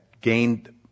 gained